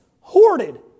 hoarded